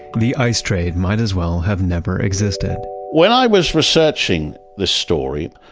the ice trade might as well have never existed when i was researching the story,